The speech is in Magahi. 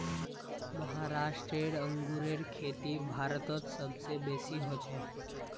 महाराष्ट्र अंगूरेर खेती भारतत सब स बेसी हछेक